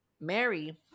Mary